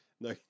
No